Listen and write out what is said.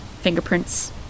fingerprints